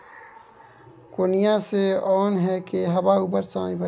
कोनियाँ सँ ओन केँ हबा मे उपर सँ गिराएल जाइ छै